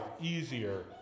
easier